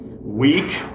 week